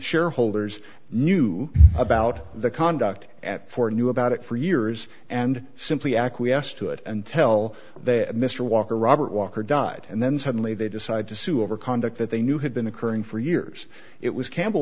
shareholders knew about the conduct at four knew about it for years and simply acquiesced to it and tell that mr walker robert walker died and then suddenly they decided to sue over conduct that they knew had been occurring for years it was campbell